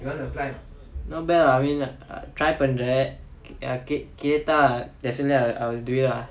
not bad lah I mean try பண்ற கே கேட்டா:panra kae kaettaa definitely I I will do it lah